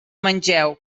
mengeu